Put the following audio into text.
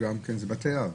אלה בתי אב,